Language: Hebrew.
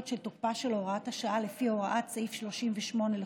של תוקפה של הוראת השעה לפי הוראת סעיף 38 לחוק-יסוד: